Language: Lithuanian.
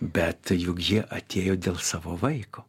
bet juk jie atėjo dėl savo vaiko